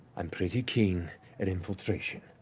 i'm pretty keen at infiltration.